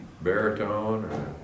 baritone